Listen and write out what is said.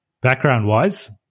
background-wise